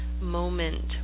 moment